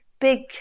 big